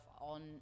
on